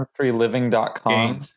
countryliving.com